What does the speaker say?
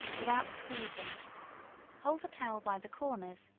without squeezing hold the towel by the corners,